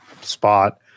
spot